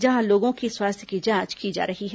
जहां लोगों की स्वास्थ्य की जांच की जा रही है